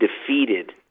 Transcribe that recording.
defeated